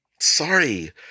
sorry